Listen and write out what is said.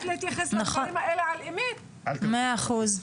מאה אחוז.